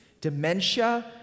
dementia